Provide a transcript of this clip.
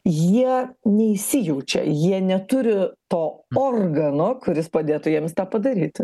jie neįsijaučia jie neturi to organo kuris padėtų jiems tą padaryti